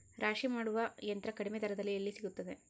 ರಾಶಿ ಮಾಡುವ ಯಂತ್ರ ಕಡಿಮೆ ದರದಲ್ಲಿ ಎಲ್ಲಿ ಸಿಗುತ್ತದೆ?